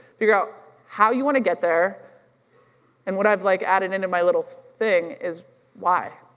figure out how you want to get there and what i've like added in in my little thing is why?